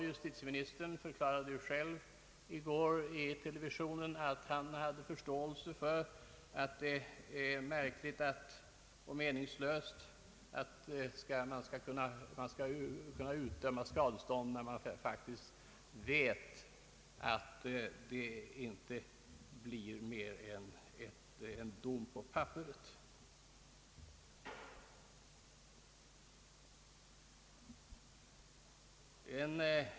Justitieministern förklarade själv i går i TV att också han tyckte att det ter sig meningslöst att man utdömer skadestånd där man faktiskt vet att det inte blir mer än en dom på papperet.